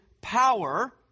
power